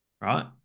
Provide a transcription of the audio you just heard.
right